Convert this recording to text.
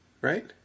right